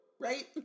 Right